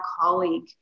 colleague